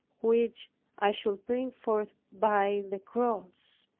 which i should bring forth by the cross.